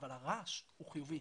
אבל הרעש הוא חיובי.